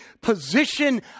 position